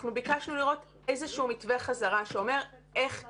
אנחנו ביקשנו לראות איזשהו מתווה חזרה שאומר איך כן.